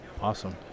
Awesome